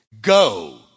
Go